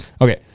Okay